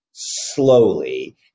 slowly